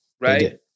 Right